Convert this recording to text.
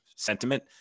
sentiment